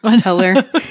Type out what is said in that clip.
color